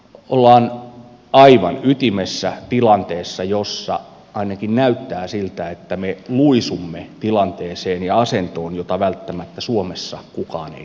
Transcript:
ollaan aivan ytimessä tilanteessa jossa ainakin näyttää siltä että me luisumme tilanteeseen ja asentoon jota välttämättä suomessa kukaan ei toivo